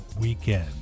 weekend